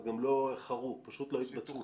גם לא איחרו, פשוט לא התבצעו.